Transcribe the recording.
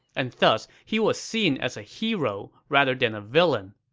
and thus he was seen as a hero rather than a villain.